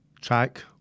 track